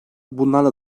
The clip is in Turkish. bunlarla